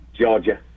Georgia